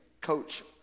coach